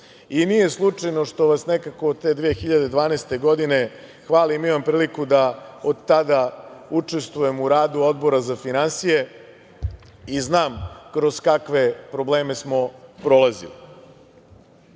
Nije slučajno što vas nekako od te 2012. godine hvalim, imam priliku da od tada učestvujem u radu Odbora za finansije i znam kroz kakve probleme smo prolazili. Mogu